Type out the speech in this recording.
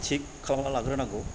थिग खालामनानै लाग्रोनांगौ